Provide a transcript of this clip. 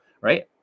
right